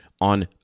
on